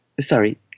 sorry